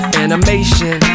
animation